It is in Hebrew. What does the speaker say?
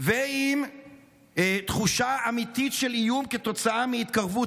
ועם תחושה אמיתית של איום כתוצאה מהתקרבות